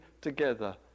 together